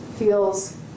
Feels